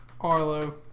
Arlo